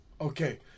Okay